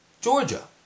Georgia